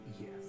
Yes